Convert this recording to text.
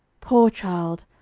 poor child!